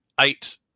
eight